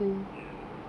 ya